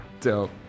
Dope